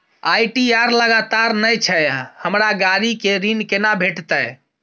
ITR लगातार नय छै हमरा गाड़ी के ऋण केना भेटतै?